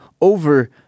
over